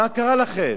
מה קרה לכם?